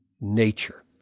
nature